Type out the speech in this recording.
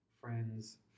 friends